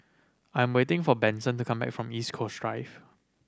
I'm waiting for Benson to come back from East Coast Drive